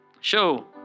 Show